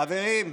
חברים.